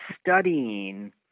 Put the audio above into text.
studying